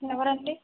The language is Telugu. ఎవరండీ